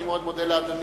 אני מאוד מודה לאדוני.